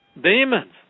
Demons